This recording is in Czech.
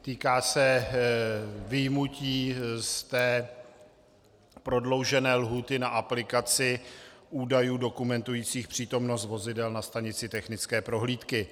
Týká se vyjmutí z prodloužené lhůty na aplikaci údajů dokumentujících přítomnost vozidel na stanici technické prohlídky.